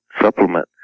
supplement